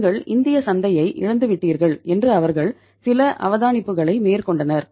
நீங்கள் இந்திய சந்தையை இழந்துவிட்டீர்கள் என்று அவர்கள் சில அவதானிப்புகளை மேற்கொண்டனர்